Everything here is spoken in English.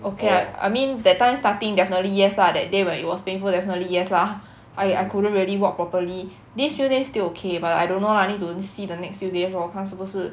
okay I mean that time starting definitely yes lah that day when it was painful definitely yes lah I I couldn't really walk properly this few days still okay but I don't know lah need to see the next few days lor 看是不是